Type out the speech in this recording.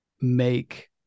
make